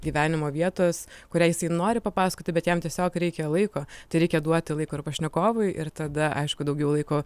gyvenimo vietos kurią jisai nori papasakoti bet jam tiesiog reikia laiko tai reikia duoti laiko ir pašnekovui ir tada aišku daugiau laiko